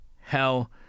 hell